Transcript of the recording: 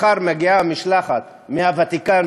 מחר מגיעה משלחת מהוותיקן,